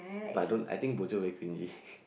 but I don't I think bo jio very cringy